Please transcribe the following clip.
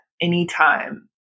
anytime